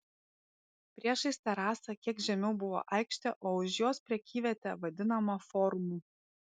priešais terasą kiek žemiau buvo aikštė o už jos prekyvietė vadinama forumu